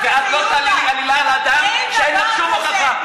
ואת לא תעלילי עלילה על אדם כשאין לך שום הוכחה.